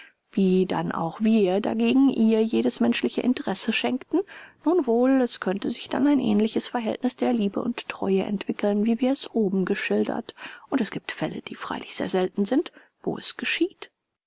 wie dann auch wir dagegen ihr jedes menschliche interesse schenkten nun wohl es könnte sich dann ein ähnliches verhältniß der liebe und treue entwickeln wie wir es oben geschildert und es gibt fälle die freilich sehr selten sind wo es geschieht